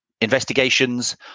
Investigations